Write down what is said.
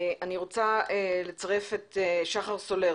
אני רוצה לצרף את שחר סולר,